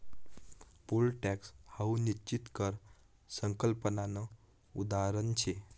pole tax हाऊ निश्चित कर संकल्पनानं उदाहरण शे